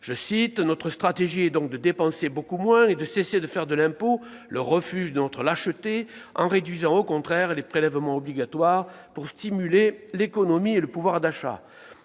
le cite :« Notre stratégie est donc de dépenser beaucoup moins et de cesser de faire de l'impôt le refuge de notre lâcheté, en réduisant au contraire les prélèvements obligatoires pour stimuler l'économie et le pouvoir d'achat ».